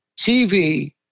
TV